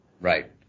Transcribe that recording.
Right